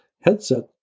headset